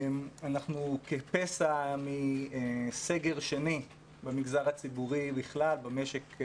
אנחנו כפסע מסגר שני במגזר הציבורי ובכלל במשק,